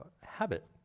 habit